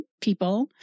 people